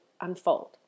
unfold